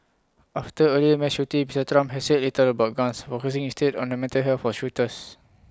after earlier mass shootings Mister Trump has said little about guns focusing instead on the mental health of shooters